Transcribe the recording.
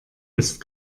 ist